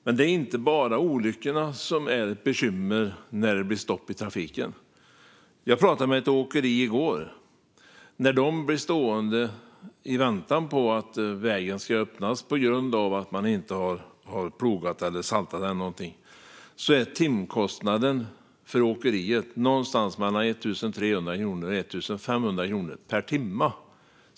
Men det är inte bara olyckorna som är ett bekymmer när det blir stopp i trafiken. Jag pratade med ett åkeri i går. När deras bilar blir stående i väntan på att vägen ska öppnas på grund av att man inte har plogat eller saltat är timkostnaden för åkeriet någonstans mellan 1 300 och 1 500 kronor per timme.